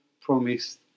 promised